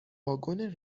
واگن